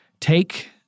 take